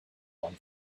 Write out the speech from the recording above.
one